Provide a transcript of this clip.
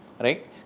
right